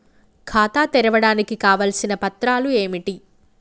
ఖాతా తెరవడానికి కావలసిన పత్రాలు ఏమిటి?